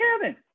Kevin